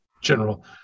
general